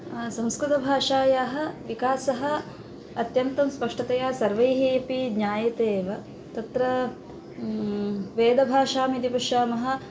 संस्कृतभाषायाः विकासः अत्यन्तं स्पष्टतया सर्वैः अपि ज्ञायते एव तत्र वेदभाषामिति पश्यामः